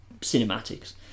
cinematics